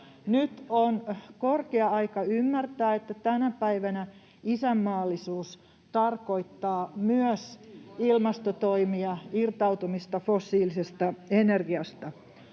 Nyt on korkea aika ymmärtää, että tänä päivänä isänmaallisuus tarkoittaa myös ilmastotoimia, irtautumista fossiilisesta energiasta.